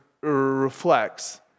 reflects